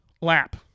lap